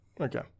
Okay